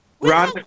Ron